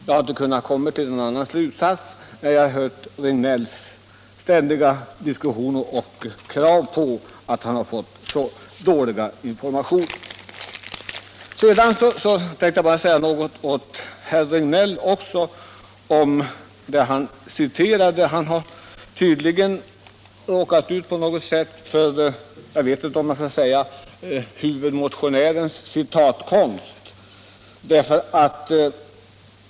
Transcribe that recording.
— Jag har inte kunnat komma till någon annan slutsats sedan jag hört herr Sjönells ständiga klagan över att ha fått så dåliga informationer. Sedan något om vad herr Regnéll citerade. Han har tydligen råkat ut för, jag vet inte om jag skall säga huvudmotionärens citatkonst.